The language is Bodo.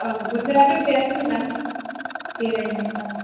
औ बोथोराथ' बेराद मोजां बेरायनो औ